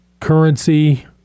currency